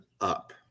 up